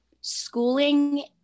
schooling